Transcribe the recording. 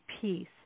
peace